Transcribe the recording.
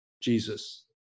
Jesus